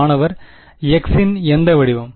மாணவர் x இன் எந்த வடிவம்